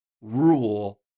rule